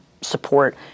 support